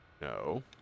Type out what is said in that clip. No